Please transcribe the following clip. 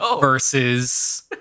versus